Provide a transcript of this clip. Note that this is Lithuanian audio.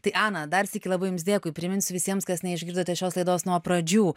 tai ana dar sykį labai jums dėkui priminsiu visiems kas neišgirdote šios laidos nuo pradžių